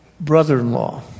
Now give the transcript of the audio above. brother-in-law